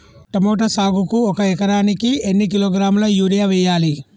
Tomato సాగుకు ఒక ఎకరానికి ఎన్ని కిలోగ్రాముల యూరియా వెయ్యాలి?